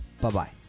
bye-bye